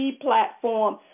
platform